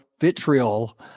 vitriol